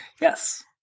yes